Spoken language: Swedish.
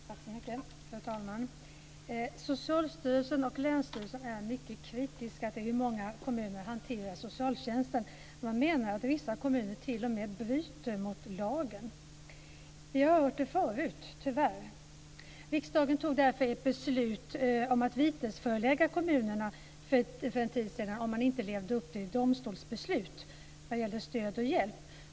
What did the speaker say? Fru talman! Socialstyrelsen och länsstyrelsen är mycket kritiska till hur många kommuner hanterar socialtjänsten. Man menar att vissa kommuner t.o.m. bryter mot lagen. Vi har hört det förut, tyvärr. Riksdagen fattade därför för en tid sedan ett beslut om att vitesförelägga kommunerna om de inte levde upp till domstolsbeslut om stöd och hjälp.